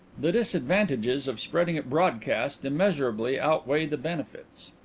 the disadvantages of spreading it broadcast immeasurably outweigh the benefits.